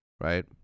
right